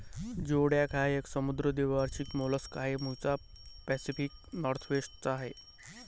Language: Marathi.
जिओडॅक हा एक समुद्री द्वैवार्षिक मोलस्क आहे, मूळचा पॅसिफिक नॉर्थवेस्ट चा आहे